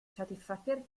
satisfacer